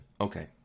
okay